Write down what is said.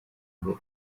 mbere